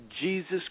Jesus